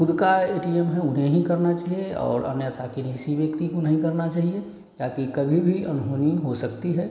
ख़ुद का A T M है उन्हें ही करना चहिए और अन्यथा किसी व्यक्ति को नहीं करना चाहिए ताकि कभी भी अनहोनी हो सकती है